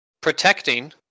protecting